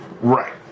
Right